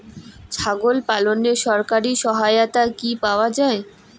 ছাগল পালনে সরকারি সহায়তা কি পাওয়া যায়?